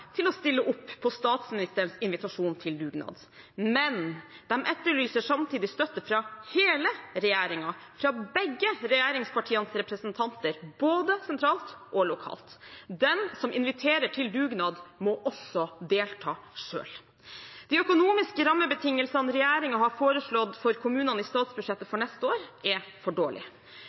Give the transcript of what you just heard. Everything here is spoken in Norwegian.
til å stille opp på statsministerens invitasjon til dugnad, men de etterlyser samtidig støtte fra hele regjeringen, fra begge regjeringspartienes representanter, både sentralt og lokalt. Den som inviterer til dugnad, må også delta selv. De økonomiske rammebetingelsene regjeringen har foreslått for kommunene i statsbudsjettet for neste år, er for